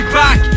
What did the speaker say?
back